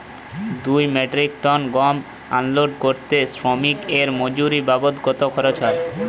দুই metric ton গম unload করতে শ্রমিক এর মজুরি বাবদ কত খরচ হয়?